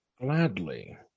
Gladly